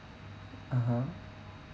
(uh huh)